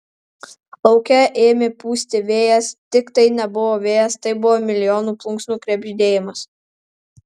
lauke ėmė pūsti vėjas tik tai nebuvo vėjas tai buvo milijonų plunksnų krebždėjimas